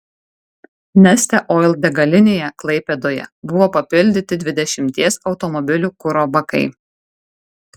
neste oil degalinėje klaipėdoje buvo papildyti dvidešimties automobilių kuro bakai